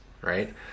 right